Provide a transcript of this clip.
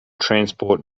transport